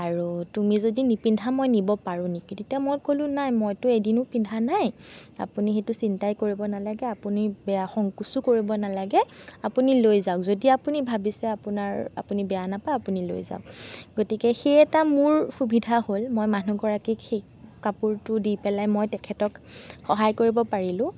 আৰু তুমি যদি নিপিন্ধা মই নিব পাৰোঁ নেকি তেতিয়া মই ক'লোঁ নাই মইতো এদিনো পিন্ধা নাই আপুনি সেইটো চিন্তাই কৰিব নালাগে আপুনি বেয়া সংকোচো কৰিব নালাগে আপুনি লৈ যাওঁক যদি আপুনি ভাবিছে আপোনাৰ আপুনি বেয়া নাপায় আপুনি লৈ যাওঁক গতিকে সেই এটা মোৰ সুবিধা হ'ল মই মানুহগৰাকীক সেই কাপোৰটো দি পেলাই মই তেখেতক সহায় কৰিব পাৰিলোঁ